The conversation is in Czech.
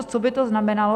Co by to znamenalo?